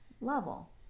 level